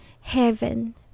heaven